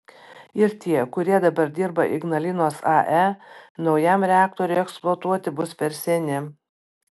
ir tie kurie dabar dirba ignalinos ae naujam reaktoriui eksploatuoti bus per seni